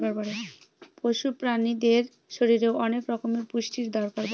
পশু প্রাণীদের শরীরে অনেক রকমের পুষ্টির দরকার পড়ে